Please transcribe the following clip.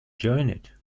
joined